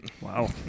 Wow